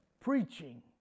preaching